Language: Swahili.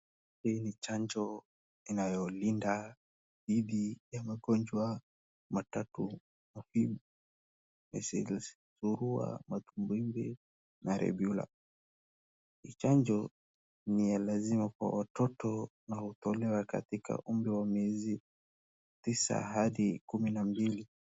Hii ni chanjo inayolinda dhidi ya magonjwa matatu muhimu, measles surua, matumbwitumbwi na rubela. Ni chanjo yenye lazima kwa watoto ama hutolewa kwa watoto kwanzia miezi tisa hadi kumi na mbili.